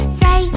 say